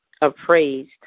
appraised